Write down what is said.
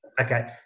Okay